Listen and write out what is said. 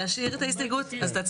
ההסתייגות לא אושרה.